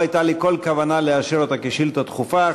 לא הייתה לי כל כוונה לאשר אותה כשאילתה דחופה.